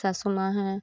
सासू माँ है